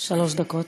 שלוש דקות.